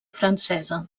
francesa